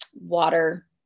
water